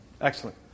Excellent